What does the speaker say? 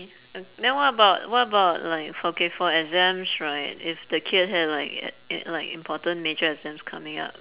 then what about what about like for k for exams right if the kids had like h~ li~ like important major exams coming up